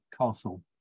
Castle